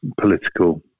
political